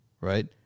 right